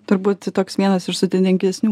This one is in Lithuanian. turbūt toks vienas iš sudėtingesnių